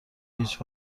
هیچ